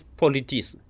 politics